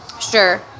Sure